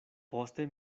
poste